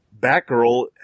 batgirl